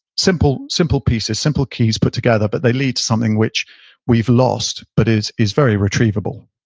simple simple pieces, simple keys put together, but they lead to something which we've lost but is is very retrievable